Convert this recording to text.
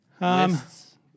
lists